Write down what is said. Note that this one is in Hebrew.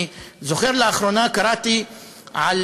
אני זוכר, לאחרונה קראתי על